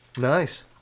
Nice